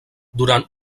durant